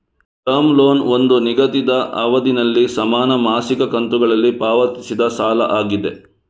term loan ಒಂದು ನಿಗದಿತ ಅವಧಿನಲ್ಲಿ ಸಮಾನ ಮಾಸಿಕ ಕಂತುಗಳಲ್ಲಿ ಪಾವತಿಸಿದ ಸಾಲ ಆಗಿದೆ